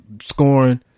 scoring